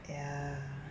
ya